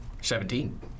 Seventeen